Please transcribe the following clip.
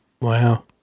Wow